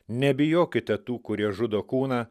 nebijokite tų kurie žudo kūną